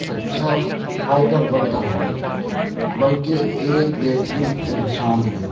اچھا فائٹر بنتا ہے بلکہ ایک بہترین انسان ہے